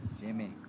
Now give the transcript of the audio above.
Jimmy